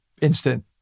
instant